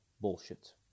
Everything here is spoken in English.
Bullshit